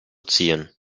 ziehen